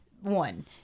one